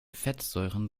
fettsäuren